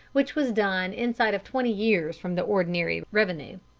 which was done inside of twenty years from the ordinary revenue.